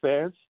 fans